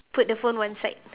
put the phone one side